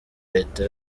leta